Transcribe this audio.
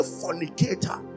fornicator